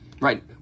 Right